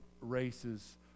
races